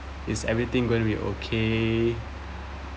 is everything gonna be okay